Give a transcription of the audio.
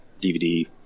dvd